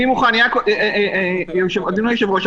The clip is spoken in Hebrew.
אדוני היושב-ראש,